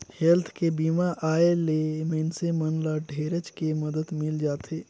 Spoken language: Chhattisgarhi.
हेल्थ के बीमा आय ले मइनसे मन ल ढेरेच के मदद मिल जाथे